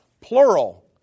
plural